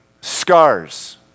scars